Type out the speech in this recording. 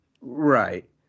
Right